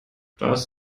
das